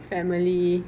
family